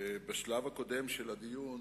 בשלב הקודם של הדיון